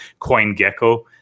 CoinGecko